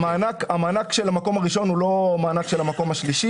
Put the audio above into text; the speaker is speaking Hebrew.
המענק של המקום הראשון הוא לא של השלישי.